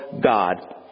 God